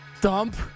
Dump